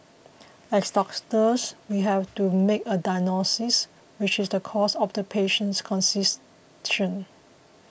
as we have to make a diagnosis which is the cause of the patient's